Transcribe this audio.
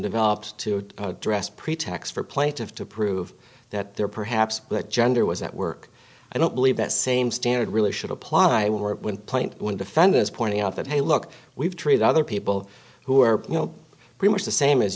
developed to address pretax for plaintive to prove that there perhaps gender was at work i don't believe that same standard really should apply when plant one defender is pointing out that hey look we've treated other people who are you know pretty much the same as